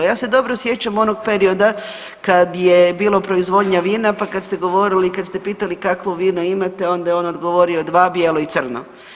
Ja se dobro sjećam onog perioda kad je bilo proizvodnja vina, pa kad ste govorili, kad ste pitali kakvo vino imate onda je on odgovorio dva bijelo i crno.